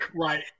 Right